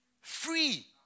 Free